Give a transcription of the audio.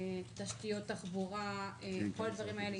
תשתיות תחבורה, כל הדברים האלה.